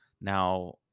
Now